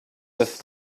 peuvent